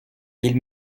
ils